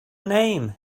name